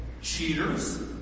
cheaters